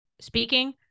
speaking